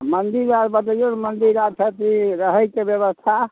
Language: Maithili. मन्दिर आओर बतैऔ ने मन्दिर आओर छै कि रहैके बेबस्था